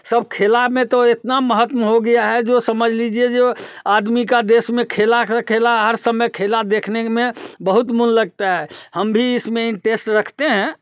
सब खेल में तो इतना महत्व हो गया है जो समझ लीजिए जो आदमी का देश में खेल खेल हर समय खेला देखने में बहुत मन लगता है हम भी इस में इंटरेस्ट रखते हैं